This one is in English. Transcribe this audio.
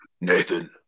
Nathan